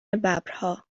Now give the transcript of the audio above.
ببرها